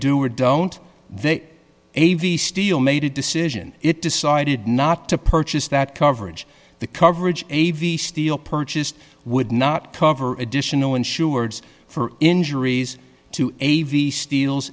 do or don't they a v steel made a decision it decided not to purchase that coverage the coverage a v steel purchased would not cover additional insureds for injuries to a v steals